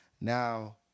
Now